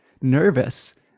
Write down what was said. nervous